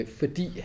fordi